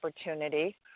opportunity